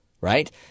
right